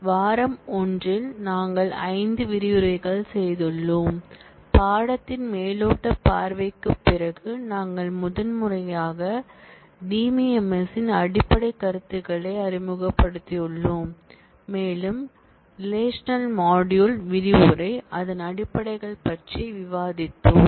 வாரம் 1 இல் நாங்கள் 5 விரிவுரைகள் செய்துள்ளோம் பாடத்தின் மேலோட்டப் பார்வைக்குப் பிறகு நாங்கள் முதன்மையாக டிபிஎம்எஸ்ஸின் அடிப்படைக் கருத்துக்களை அறிமுகப்படுத்தியுள்ளோம் மேலும் ரெலேஷனல் மாடுயூல் விரிவுரை அதன் அடிப்படைகள்பற்றி விவாதித்தோம்